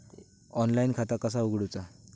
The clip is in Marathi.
ऑनलाईन खाता कसा उगडूचा?